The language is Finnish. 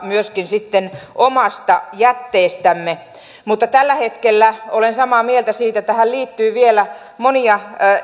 myöskin sitten omasta jätteestämme mutta tällä hetkellä olen samaa mieltä siitä että tähän liittyy vielä monia